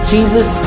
Jesus